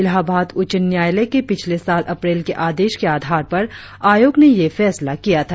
इलाहाबाद उच्च न्यायालय के पिछले साल अप्रैल के आदेश के आधार पर आयोग ने यह फैसला किया था